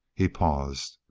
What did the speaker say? he paused.